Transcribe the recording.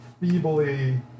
feebly